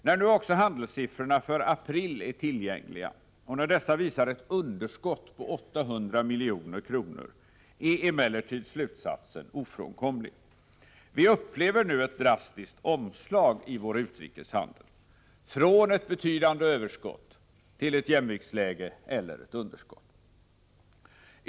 När nu också handelssiffrorna för april är tillgängliga och när dessa visar ett underskott på 800 milj.kr., är emellertid slutsatsen ofrånkomlig: Vi upplever nu ett drastiskt omslag i vår utrikeshandel — från ett betydande överskott till ett jämviktsläge eller ett underskott.